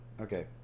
Okay